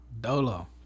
dolo